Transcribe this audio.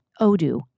Odoo